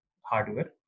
hardware